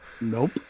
Nope